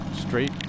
straight